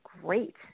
great